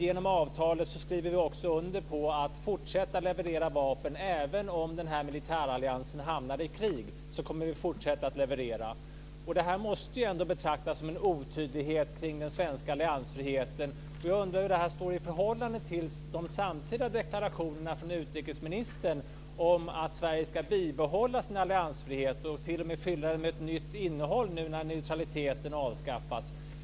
Genom avtalet skriver vi också under på att fortsätta att leverera vapen även om militäralliansen hamnar i krig. Detta måste ändå betraktas som en otydlighet kring den svenska alliansfriheten. Jag undrar hur det står i förhållande till de samtidiga deklarationerna från utrikesministern om att Sverige ska bibehålla sin alliansfrihet och t.o.m. fylla den med ett nytt innehåll nu när neutraliteten avskaffas.